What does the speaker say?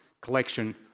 collection